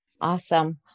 Awesome